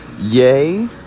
yay